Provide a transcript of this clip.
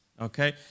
okay